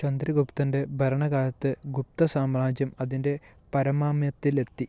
ചന്ദ്രഗുപ്തൻ്റെ ഭരണകാലത്ത് ഗുപ്ത സാമ്രാജ്യം അതിൻ്റെ പാരമ്യത്തിലെത്തി